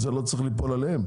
זה לא צריך ליפול עליהם.